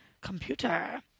computer